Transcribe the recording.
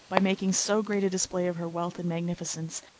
by making so great a display of her wealth and magnificence,